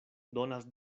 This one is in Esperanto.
donas